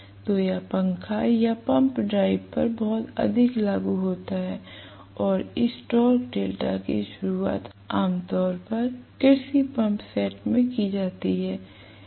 तो यह पंखा या पंप ड्राइव पर बहुत अधिक लागू होता है और इस टॉर्क डेल्टा की शुरुआत आमतौर पर कृषि पंप सेट में की जाती है